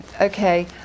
okay